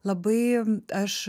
labai aš